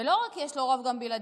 ולא רק שיש לו רוב גם בלעדיו,